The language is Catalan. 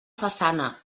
façana